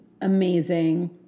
amazing